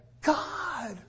God